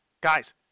guys